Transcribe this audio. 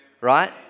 Right